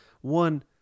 one